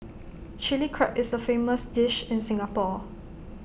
Chilli Crab is A famous dish in Singapore